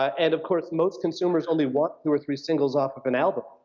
and, of course, most consumers only want two or three singles off of an album.